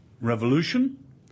revolution